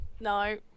No